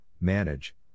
manage